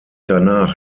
danach